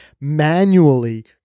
manually